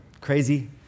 crazy